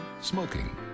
Smoking